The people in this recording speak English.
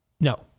No